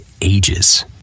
ages